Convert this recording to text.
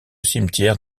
cimetière